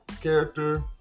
character